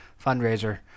fundraiser